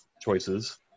choices